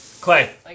Clay